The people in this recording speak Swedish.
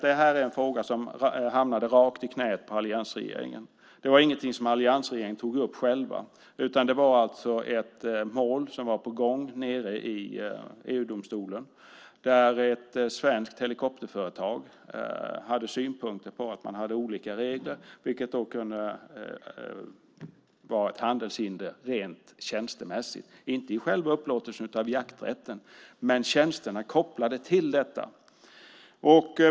Det är en fråga som hamnade rakt i knäet på alliansregeringen. Det var ingenting som alliansregeringen tog upp själv. Det var alltså ett mål på gång i EU-domstolen. Ett svenskt helikopterföretag hade synpunkter på att vi hade olika regler, vilket kunde vara ett handelshinder rent tjänstemässigt, inte i själva upplåtelsen av jakträtten men tjänsterna kopplade till den.